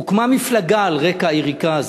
הוקמה מפלגה על רקע היריקה הזאת.